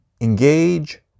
engage